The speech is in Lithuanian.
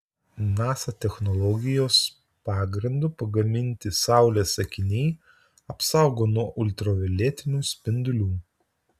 nasa technologijos pagrindu pagaminti saulės akiniai apsaugo nuo ultravioletinių spindulių